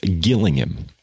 Gillingham